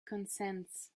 consents